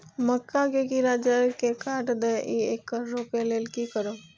मक्का के कीरा जड़ से काट देय ईय येकर रोके लेल की करब?